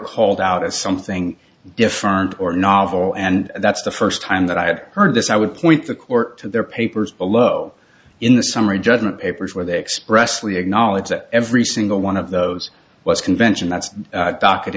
called out as something different or novel and that's the first time that i had heard of this i would point the court to their papers below in the summary judgment papers where they expressly acknowledge that every single one of those was convention that's docket